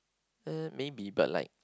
eh maybe but like